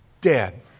dead